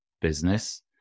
business